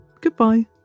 Goodbye